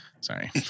Sorry